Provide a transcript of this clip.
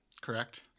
Correct